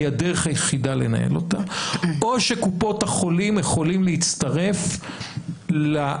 היא הדרך היחידה לנהל אותה או שקופות החולים יכולים להצטרף לליווי